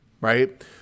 right